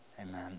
Amen